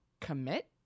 commit